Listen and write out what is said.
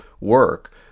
work